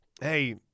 hey